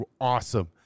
awesome